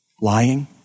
Lying